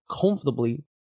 comfortably